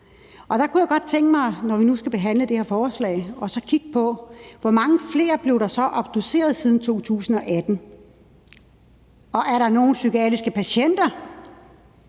og der kunne jeg godt tænke mig, når vi nu skal behandle det her forslag, at kigge på, hvor mange flere der så er blevet obduceret siden 2018, og om det er nogen psykiatriske patienter,